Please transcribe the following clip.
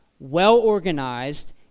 well-organized